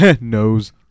Knows